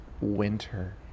Winter